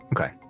okay